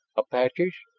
apaches.